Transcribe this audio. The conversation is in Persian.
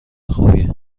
خوبیه